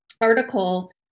article